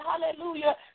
Hallelujah